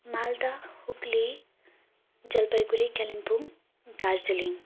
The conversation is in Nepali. मालदा हुगली जलपाइगुडी कालिम्पोङ दार्जिलिङ